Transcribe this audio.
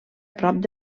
prop